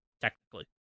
technically